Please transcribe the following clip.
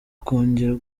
kongera